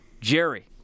Jerry